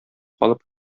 калып